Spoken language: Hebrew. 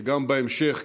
שגם בהמשך,